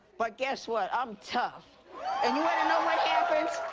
but guess what. i'm tough. and you wanna know what happened?